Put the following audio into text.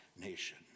nation